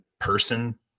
person